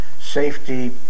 safety